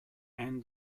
and